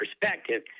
perspective—